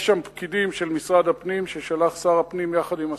יש שם פקידים של משרד הפנים ששלח שר הפנים יחד עם הסוכנות,